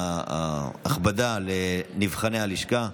ההכבדה על נבחני הלשכה,